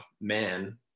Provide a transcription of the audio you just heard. man